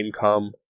income